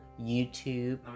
YouTube